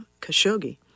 Khashoggi